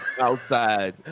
outside